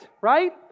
right